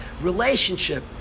relationship